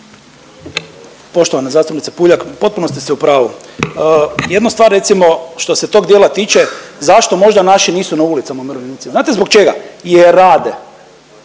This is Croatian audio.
Poštovana zastupnice Puljak, u potpunosti ste u pravu. Jedna stvar recimo što se tog dijela tiče zašto možda naši nisu na ulicama umirovljenici, znate zbog čega? Jer rade,